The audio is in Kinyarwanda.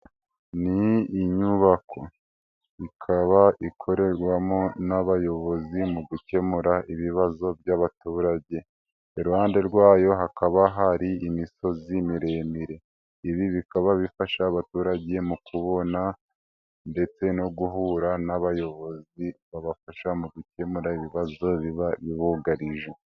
Ni inyubako, ikaba ikorerwamo n'abayobozi mu gukemura ibibazo by'abaturage, iruhande rwayo hakaba hari imisozi miremire, ibi bikaba bifasha abaturage mu kubona ndetse no guhura n'abayobozi babafasha mu gukemura ibibazo biba bibugarije.